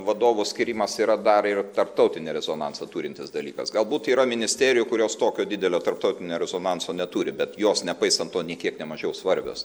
vadovų skyrimas yra dar ir tarptautinį rezonansą turintis dalykas galbūt yra ministerijų kurios tokio didelio tarptautinio rezonanso neturi bet jos nepaisant to nė kiek nemažiau svarbios